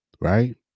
Right